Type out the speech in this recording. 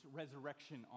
resurrection